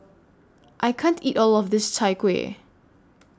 I can't eat All of This Chai Kueh